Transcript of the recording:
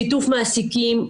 שיתוף מעסיקים,